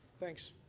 thanks.